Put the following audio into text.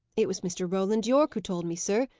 it was mr. roland yorke who told me, sir.